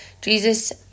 Jesus